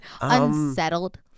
Unsettled